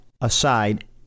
aside